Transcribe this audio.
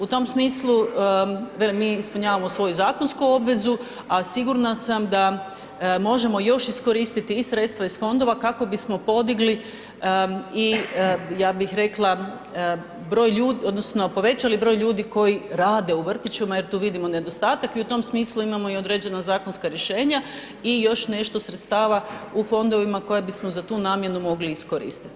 U tom smislu velim mi ispunjavamo svoju zakonsku obvezu, a sigurna sam da možemo još iskoristiti i sredstva iz fondova kako bismo podigli i ja bih rekla broj odnosno povećali broj ljudi koji rade u vrtićima jer tu vidimo nedostatak i u tom smislu imamo i određena zakonska rješenja i još nešto sredstava u fondovima koja bismo za tu namjenu mogli iskoristiti.